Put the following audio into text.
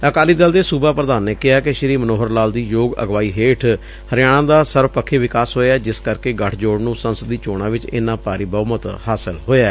ਅਕਾਲੀ ਦਲ ਦੇ ਸੂਬਾ ਪ੍ਧਾਨ ਨੇ ਕਿਹਾ ਕਿ ਸ੍ਰੀ ਮਨੋਹਰ ਲਾਲ ਦੀ ਯੋਗ ਅਗਵਾਈ ਹੇਠ ਹਰਿਆਣਾ ਦਾ ਸਰਬਪੱਖੀ ਵਿਕਾਸ ਹੋਇਐ ਜਿਸ ਕਰਕੇ ਗਠਜੋਤ ਨੂੰ ਸੰਸਦੀ ਚੋਣਾਂ ਵਿਚ ਇੰਨਾ ਭਾਰੀ ਬਹੁਮੱਤ ਹਾਸਿਲ ਹੋਇਐ